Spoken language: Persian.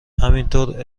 همینطور